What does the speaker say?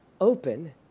open